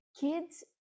kids